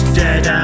dead